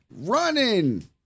Running